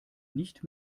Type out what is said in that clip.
nicht